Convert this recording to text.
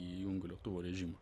įjungiu lėktuvo režimą